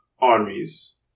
armies